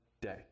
day